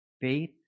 faith